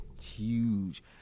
Huge